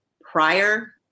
prior